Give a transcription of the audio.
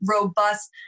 robust